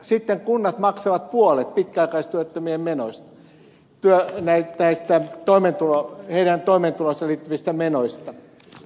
sitten kunnat maksavat puolet pitkäaikaistyöttömien menoista työhuoneen päistään toimeentulon heidän toimeentuloon liittyvistä menoista